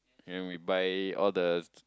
then we buy all the